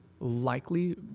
likely